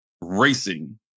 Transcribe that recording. racing